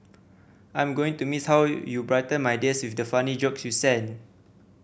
I'm going to miss how you brighten my days with the funny jokes you sent